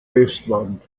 westwand